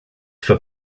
for